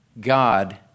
God